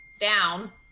down